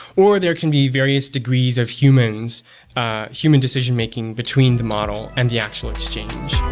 or there can be various degrees of human ah human decision making between the model and the actual exchange.